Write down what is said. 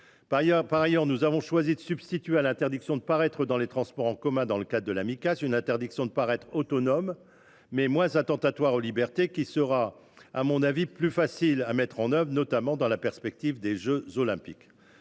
Par ailleurs, nous avons choisi de substituer à l’interdiction de paraître dans les transports en commun prononcée dans le cadre d’une Micas une interdiction de paraître autonome, moins attentatoire aux libertés individuelles et plus facile à mettre en œuvre, notamment dans la perspective des jeux Olympiques.